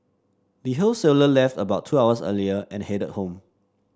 the wholesaler left about two hours earlier and headed home